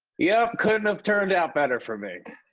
yep. couldn't have turned out better for me.